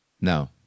No